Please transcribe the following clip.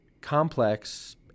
complex